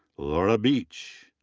laura beach.